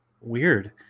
weird